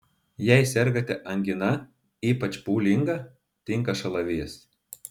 jei sergate angina ypač pūlinga tinka šalavijas